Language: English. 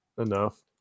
enough